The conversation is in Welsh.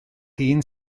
hun